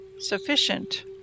sufficient